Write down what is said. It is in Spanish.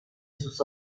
sus